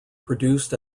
produced